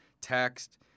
text